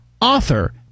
author